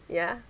ya